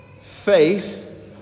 Faith